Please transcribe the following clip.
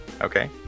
Okay